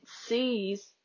sees